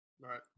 Right